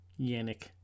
yannick